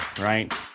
right